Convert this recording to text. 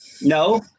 No